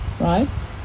right